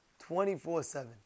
24-7